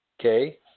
Okay